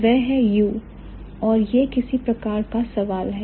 वह है you और यह किस प्रकार का सवाल है